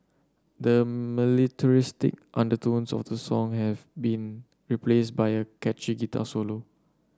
the militaristic undertones of the song have been replaced by a catchy guitar solo